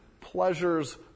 pleasures